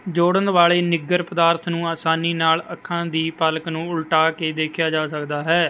ਜੋੜਨ ਵਾਲੇ ਨਿੱਗਰ ਪਦਾਰਥ ਨੂੰ ਆਸਾਨੀ ਨਾਲ ਅੱਖਾਂ ਦੀ ਪਲਕ ਨੂੰ ਉਲਟਾ ਕੇ ਦੇਖਿਆ ਜਾ ਸਕਦਾ ਹੈ